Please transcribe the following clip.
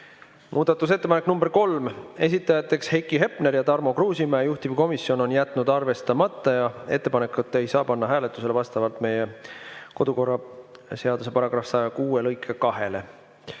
Muudatusettepanek nr 3, esitajad Heiki Hepner ja Tarmo Kruusimäe, juhtivkomisjon on jätnud arvestamata ja ettepanekut ei saa panna hääletusele vastavalt meie kodukorraseaduse § 106 lõikele